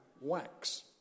wax